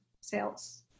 sales